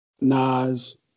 Nas